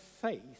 faith